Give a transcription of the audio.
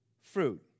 fruit